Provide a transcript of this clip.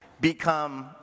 become